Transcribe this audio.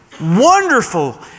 wonderful